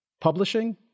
publishing